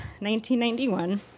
1991